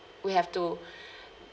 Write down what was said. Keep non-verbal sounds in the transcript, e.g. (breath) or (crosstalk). we have to (breath)